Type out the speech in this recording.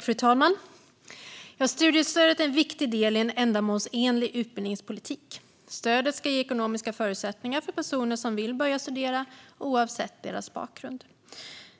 Fru talman! Studiestödet är en viktig del i en ändamålsenlig utbildningspolitik. Stödet ska ge ekonomiska förutsättningar för personer som vill börja studera oavsett deras bakgrund.